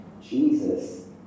Jesus